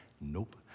Nope